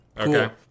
Okay